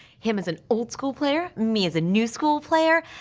him as an old-school player, me as a new-school player.